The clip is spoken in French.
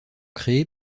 créés